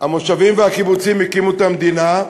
המושבים והקיבוצים הקימו את המדינה.